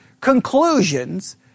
conclusions